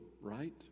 right